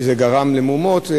שזה גרם למהומות,